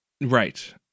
Right